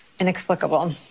Inexplicable